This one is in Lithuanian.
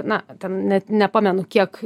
na ten net nepamenu kiek